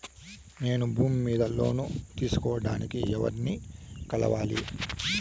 నేను భూమి మీద లోను తీసుకోడానికి ఎవర్ని కలవాలి?